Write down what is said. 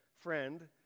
Friend